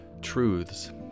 truths